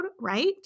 right